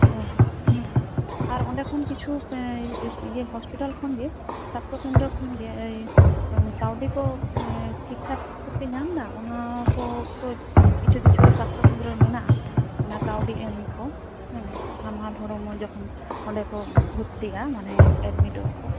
ᱦᱮᱸ ᱟᱨ ᱚᱸᱰᱮ ᱠᱷᱚᱱ ᱠᱤᱪᱷᱩ ᱦᱚᱥᱯᱤᱴᱟᱞ ᱠᱷᱚᱱ ᱜᱮ ᱥᱟᱥᱛᱷᱚ ᱠᱮᱱᱫᱨᱚ ᱠᱷᱚᱱ ᱜᱮ ᱠᱟᱹᱣᱰᱤ ᱠᱚ ᱴᱷᱤᱠᱼᱴᱷᱟᱠ ᱠᱚᱯᱮ ᱧᱟᱢᱫᱟ ᱚᱱᱟ ᱠᱚ ᱚᱠᱛᱚ ᱠᱤᱪᱷᱩ ᱠᱤᱪᱷᱩ ᱥᱟᱥᱛᱷᱚ ᱠᱮᱱᱫᱨᱚ ᱢᱮᱱᱟᱜᱼᱟ ᱚᱱᱟ ᱠᱟᱣᱰᱤ ᱮᱢ ᱠᱚ ᱦᱮᱸ ᱦᱟᱢᱟᱞ ᱦᱚᱲᱢᱚ ᱡᱚᱠᱷᱚᱱ ᱚᱸᱰᱮ ᱠᱚ ᱵᱷᱚᱛᱛᱤᱜᱼᱟ ᱢᱟᱱᱮ ᱮᱰᱢᱤᱴᱚᱜᱼᱟ ᱠᱚ